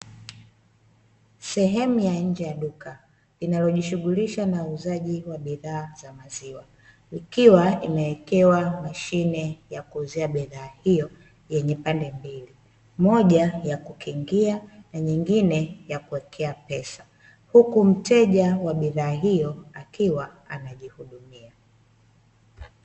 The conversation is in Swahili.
Sehemu ya nje ya duka inayojishughulisha na uuzaji wa bidhaa za maziwa ikiwa imewekewa mashine ya kuuzia bidhaa hiyo yenye pande mbili, moja ya kukingia na nyingine ya kuwekea pesa huku mteja wa bidhaa hiyo akiwa anajihudumia .